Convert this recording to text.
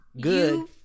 good